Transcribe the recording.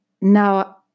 Now